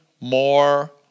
more